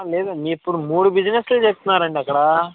ఆ లేదండి ఇప్పుడు మూడు బిజినెస్లు చెప్తున్నారండి అక్కడ